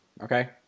okay